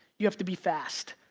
you have to be fast.